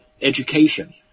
education